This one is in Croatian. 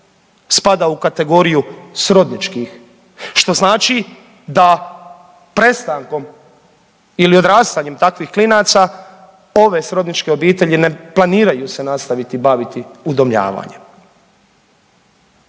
spada u kategoriju srodničkih, što znači da prestankom ili odrastanjem takvih klinaca ove srodničke obitelji ne planiraju se nastaviti baviti udomljavanjem.